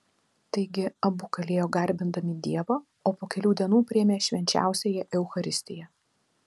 taigi abu kalėjo garbindami dievą o po kelių dienų priėmė švenčiausiąją eucharistiją